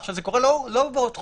זה ייקרה לא בעוד חודשיים.